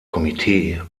komitee